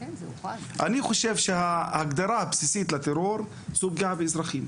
אני חושב שההגדרה הבסיסית לטרור זו פגיעה באזרחים,